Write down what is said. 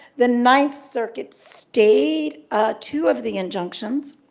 the ninth circuit stayed two of the injunctions